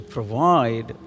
provide